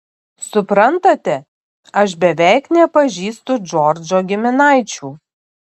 suprantate aš beveik nepažįstu džordžo giminaičių